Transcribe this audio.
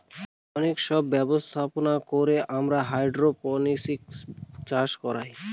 অনেক সব ব্যবস্থাপনা করে আমরা হাইড্রোপনিক্স চাষ করায়